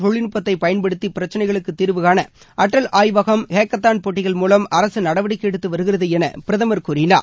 தொழில்நுட்பத்தை பயன்படுத்தி பிரச்சினைகளுக்கு தீர்வுகாண அட்டல் ஆய்வகம் ஹேக்கத்தான் போட்டிகள் மூலம் அரசு நடவடிக்கை எடுத்து வருகிறது என பிரதமா் கூறினார்